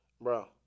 Bro